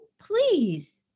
please